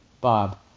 Bob